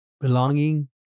belonging